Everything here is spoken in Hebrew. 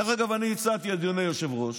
דרך אגב, אדוני היושב-ראש,